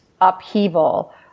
upheaval